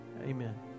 amen